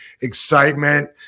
excitement